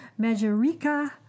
Majorica